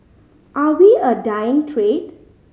are we a dying trade